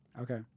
Okay